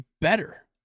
better